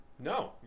No